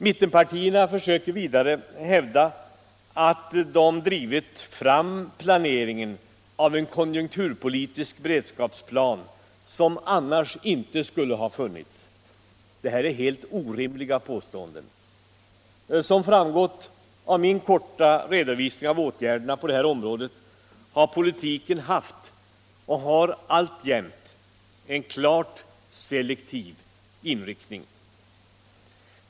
Mittenpartierna försöker vidare hävda att de drivit fram planeringen av en konjunkturpolitisk beredskapsplan som annars inte skulle ha funnits. Detta är helt orimliga påståenden. Som framgått av min korta redovisning av åtgärderna på det här området har politiken haft och har alltjämt en klart selektiv inriktning.